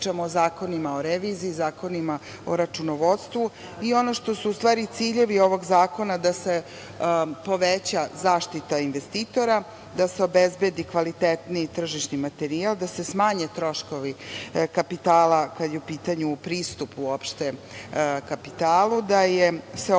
o zakonima o reviziji, zakonima o računovodstvu. Ono što su u stvari ciljevi ovog zakona da se poveća zaštita investitora, da se obezbedi kvalitetniji tržišni materijal, da se smanje troškovi kapitala kada je u pitanju pristup uopšte kapitalu, da se olakšaju